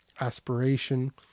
aspiration